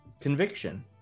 conviction